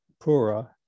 Pura